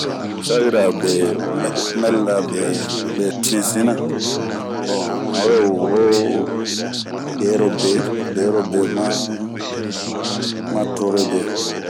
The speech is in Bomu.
mesagira bee, mɛlra bee beti sina, bon hanwe woro de'ero be, ma tore bee